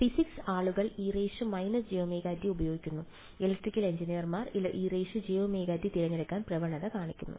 physics ആളുകൾ e−jωt ഉപയോഗിക്കുന്നു electrical എഞ്ചിനീയർമാർ ejωt തിരഞ്ഞെടുക്കാൻ പ്രവണത കാണിക്കുന്നു